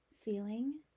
feeling